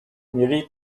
mieli